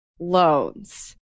loans